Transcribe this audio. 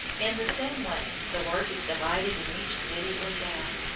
in the same way, the work is divided in each city or town.